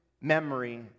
memory